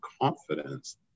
confidence